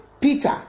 peter